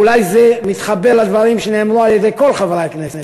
ואולי זה מתחבר לדברים שנאמרו על-ידי כל חברי הכנסת: